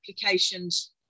applications